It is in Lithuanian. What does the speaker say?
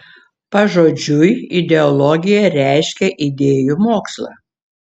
pažodžiui ideologija reiškia idėjų mokslą